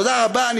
תודה רבה.